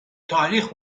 تاریخ